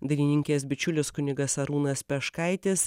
dainininkės bičiulis kunigas arūnas peškaitis